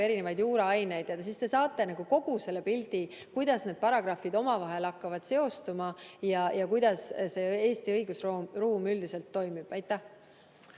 väga palju juuraaineid. Siis te saate kogu selle pildi, kuidas need paragrahvid omavahel hakkavad seostuma ja kuidas Eesti õigusruum üldiselt toimib. Ja